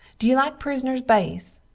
do you like prisners base?